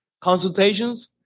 consultations